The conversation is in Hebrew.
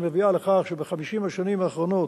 שמביאה לכך שב-50 השנים האחרונות,